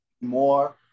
more